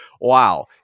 wow